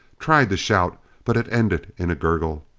tried to shout, but it ended in a gurgle.